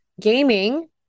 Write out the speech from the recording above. gaming